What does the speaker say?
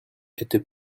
était